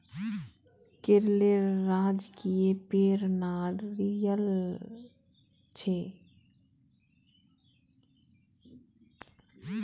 केरलेर राजकीय पेड़ नारियल छे